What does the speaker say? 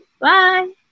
Bye